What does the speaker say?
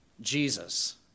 Jesus